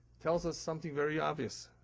tells us something very obvious,